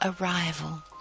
arrival